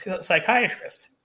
psychiatrist